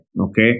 okay